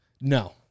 No